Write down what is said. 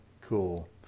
cool